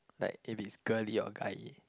like if it's girly or guyey